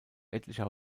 etlicher